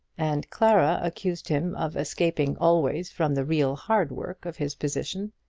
and clara accused him of escaping always from the real hard work of his position.